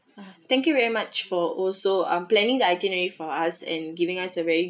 thank you very much for also um planning the itinerary for us and giving us a very